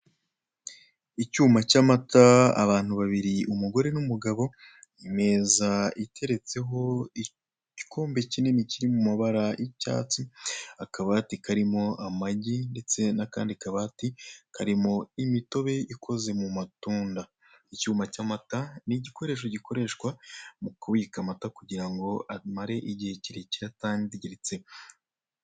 Icyuma cy'amata, abantu babiri, umugore n'umugabo, imeza iteretseho igikombe kinini kiri mu mabara y'icyatsi, akabati karimo amagi ndetse n'akandi kabati karimo imitobe ikoze mu matunda. Icyuma cy'amata ni igikoresho gikoreshwa mu kubika amata kugira ngo amare igihe kirekire atangiritse.